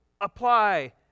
apply